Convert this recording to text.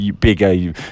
bigger